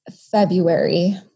February